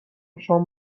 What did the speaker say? شام